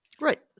Right